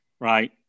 Right